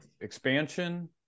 expansion